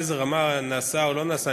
באיזו רמה נעשה או לא נעשה,